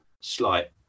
slight